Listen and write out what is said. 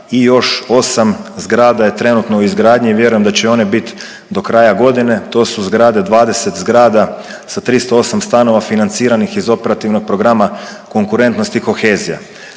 i još 8 zgrada je trenutno u izgradnji i vjerujem da će i one bit do kraja godine. To su zgrade, 20 zgrada sa 308 stanova financiranih iz operativnog programa Konkurentnost i kohezija.